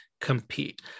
compete